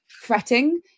fretting